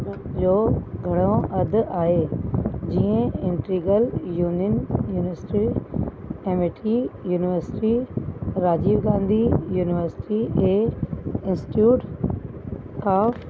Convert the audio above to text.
जो घणो अघु आहे जीअं integral union ministry Amity university Rajiv Gandhi university ऐं इंस्टिट्यूट ऑफ़